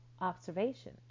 observation